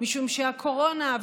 משום שהקורונה,